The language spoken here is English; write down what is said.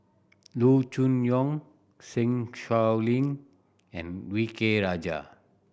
Loo Choon Yong Zeng Shouyin and V K Rajah